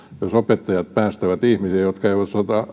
jos opettajat päästävät ihmisiä jotka eivät